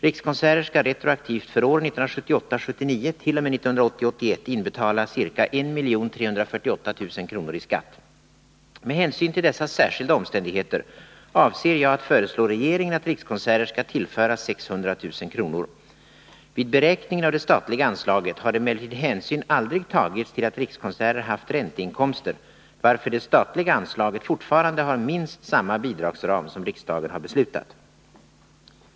Rikskonserter skall retroaktivt för 1978 81 inbetala ca 1 348 000 kr. i skatt. Med hänsyn till dessa särskilda omständigheter, avser jag att föreslå regeringen att Rikskonserter skall tillföras 600 000 kr. Vid beräkningen av det statliga anslaget har emellertid hänsyn aldrig tagits till att Rikskonserter haft ränteinkomster, varför det statliga anslaget fortfarande har minst samma bidragsram som riksdagen har beslutat.